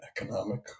economic